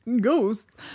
Ghosts